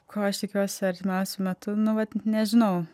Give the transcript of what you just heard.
ko aš tikiuosi artimiausiu metu nu vat nežinau